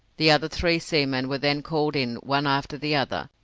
the other three seamen were then called in one after the other,